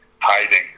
hiding